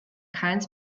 keins